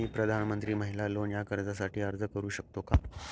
मी प्रधानमंत्री महिला लोन या कर्जासाठी अर्ज करू शकतो का?